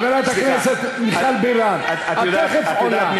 חברת הכנסת מיכל בירן, את תכף עולה.